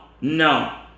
no